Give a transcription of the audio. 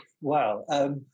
wow